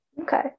Okay